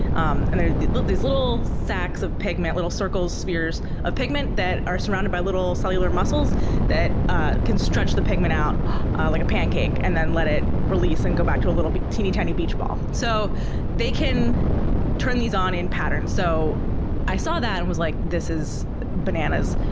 um and they're these little these little sacs of pigment little circles, spheres of pigment that are surrounded by little cellular muscles that ah can stretch the pigment out ah like a pancake and then let it release and go back to a little teeny tiny beach ball. so they can turn these on in patterns. so i saw that and was like, this is bananas.